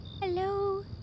Hello